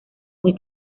muy